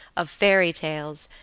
of fairy tales,